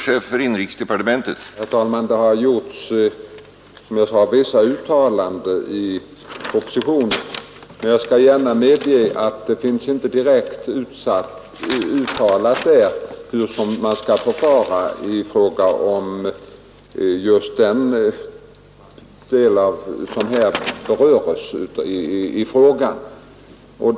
Herr talman! Som jag sade har det gjorts vissa uttalanden i denna fråga i propositionen, men jag skall gärna medge att det inte där finns direkt uttalat hur man skall förfara i sådana fall som här har aktualiserats.